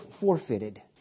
forfeited